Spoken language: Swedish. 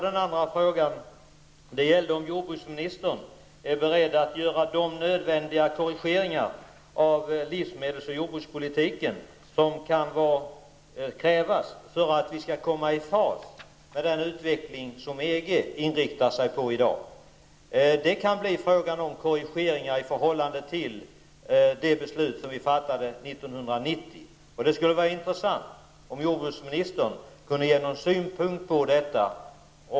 Den andra frågan var om jordbruksministern är beredd att göra de korrigeringar av livsmedels och jordbrukspolitiken som kan krävas för att vi skall komma i fas med den utveckling som EG i dag inriktar sig på. Det kan bli fråga om korrigeringar i förhållande till det beslut vi fattade 1990. Det skulle vara intressant om jordbruksministern kunde ge någon synpunkt på detta.